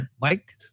Mike